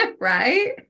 right